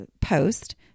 post